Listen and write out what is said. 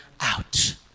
out